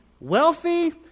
wealthy